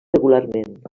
regularment